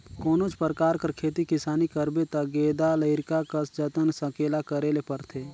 कोनोच परकार कर खेती किसानी करबे ता गेदा लरिका कस जतन संकेला करे ले परथे